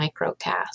Microcast